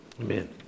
Amen